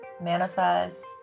manifest